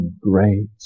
great